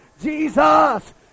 Jesus